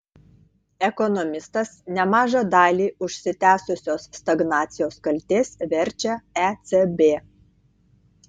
ekonomistas nemažą dalį užsitęsusios stagnacijos kaltės verčia ecb